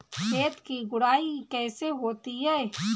खेत की गुड़ाई कैसे होती हैं?